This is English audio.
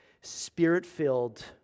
spirit-filled